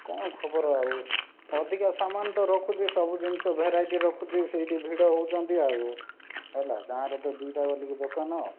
କ'ଣ ଖବର ଆଉ ଅଧିକା ସାମାନ ତ ରଖୁଛେ ସବୁ ଜିନିଷ ଭେରାଇଟି ରଖୁଛି ସେଠି ଭିଡ଼ ହେଉଛନ୍ତି ଆଉ ସବୁ ହେଲା ଗାଁର ତ ଦୁଇଟା ବୋଲିକି ଦୋକାନ